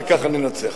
וככה ננצח.